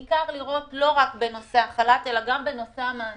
גם בנושא המענקים,